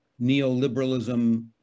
neoliberalism